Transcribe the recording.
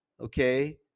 Okay